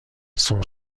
son